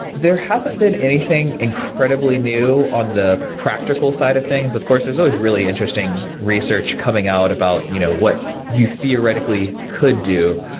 there hasn't been anything incredibly new on the practical side of things? of course, there's always really interesting research coming out about you know what you theoretically could do,